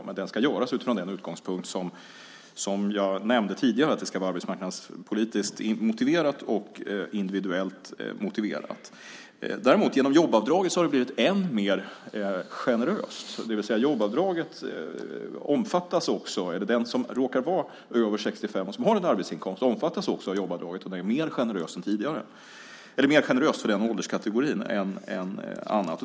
Men det ska göras utifrån den utgångspunkt som jag nämnde tidigare, att det ska vara arbetsmarknadspolitiskt motiverat och individuellt motiverat. Däremot har det genom jobbavdraget blivit än mer generöst. Den som råkar vara över 65 och som har en arbetsinkomst omfattas också av jobbavdraget. Det är mer generöst för den ålderskategorin än andra.